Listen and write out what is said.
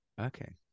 okay